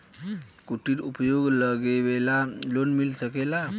कुटिर उद्योग लगवेला लोन मिल सकेला?